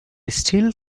still